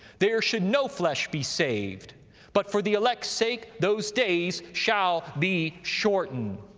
there should no flesh be saved but for the elect's sake those days shall be shortened.